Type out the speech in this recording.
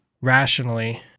rationally